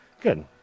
Good